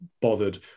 bothered